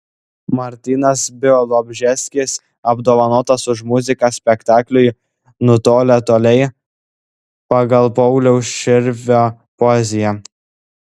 martynas bialobžeskis apdovanotas už muziką spektakliui nutolę toliai pagal pauliaus širvio poeziją